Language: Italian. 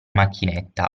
macchinetta